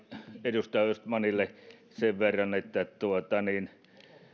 edustaja östmanille sen verran että